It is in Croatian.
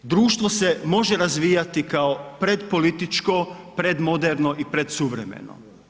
Društvo se može razvijati kao predpolitičko, predmoderno i predsuvremeno.